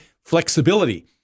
flexibility